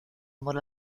amor